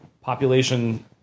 population